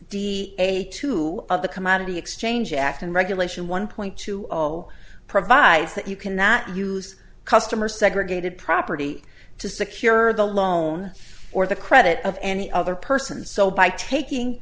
a two of the commodity exchange act and regulation one point two zero zero provides that you cannot use customer segregated property to secure the loan or the credit of any other person so by taking